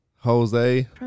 Jose